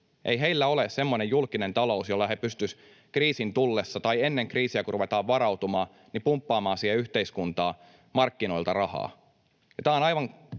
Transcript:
Ei heillä ole semmoinen julkinen talous, jolla he pystyisivät kriisin tullessa tai ennen kriisiä, kun ruvetaan varautumaan, pumppaamaan siihen yhteiskuntaan markkinoilta rahaa.